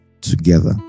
together